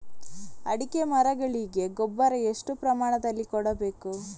ಅಡಿಕೆ ಮರಗಳಿಗೆ ಗೊಬ್ಬರ ಎಷ್ಟು ಪ್ರಮಾಣದಲ್ಲಿ ಕೊಡಬೇಕು?